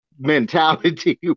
mentality